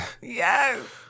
Yes